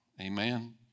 Amen